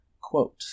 Quote